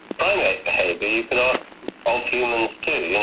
primate behavior, you could ask of humans too.